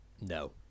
No